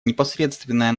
непосредственное